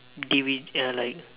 D V ya like